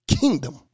kingdom